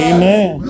Amen